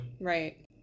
Right